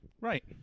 Right